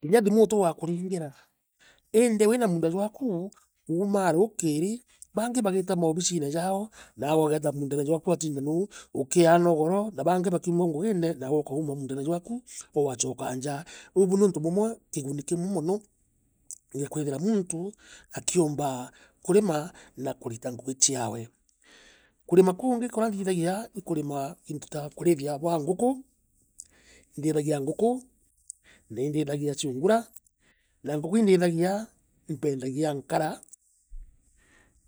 Inya thiimu waakuringira iindi wiina muunda jwaaku uuma ruukiri bangi baagita maobicine yaao, naawe ugeeta muundene jwaku watina naa ukiaana ugoro na baangi bakiura ngugine nawe ukauma muundeno jwaku ugachooka nja. Bubu ni untu bumwe kiguni kimwe moo gia kwithirwa muuntu akiumbaa kurima na kuiita ngugi ciawe kurima kungi kuria nthithagia i kurima into ta kurithira bwa nguku ndithagia nguku na indithagia sungura na nguku ii ndithagia, impendagra nkara